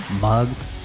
mugs